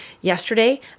yesterday